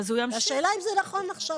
והשאלה אם זה נכון עכשיו,